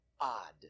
odd